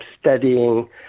studying